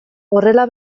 horrela